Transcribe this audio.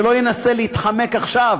שלא ינסה להתחמק עכשיו,